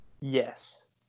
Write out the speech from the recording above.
Yes